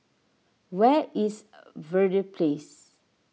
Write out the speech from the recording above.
where is Verde Place